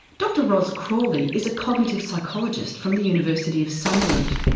dr ros crawley is a cognitive psychologist from the university of sunderland.